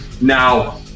Now